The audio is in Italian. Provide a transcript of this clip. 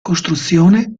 costruzione